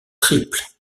triples